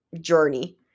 journey